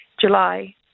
July